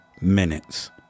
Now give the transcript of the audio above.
minutes